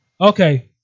Okay